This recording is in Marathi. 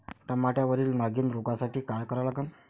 टमाट्यावरील नागीण रोगसाठी काय करा लागन?